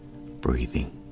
breathing